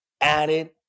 added